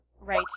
Right